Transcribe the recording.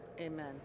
Amen